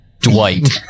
Dwight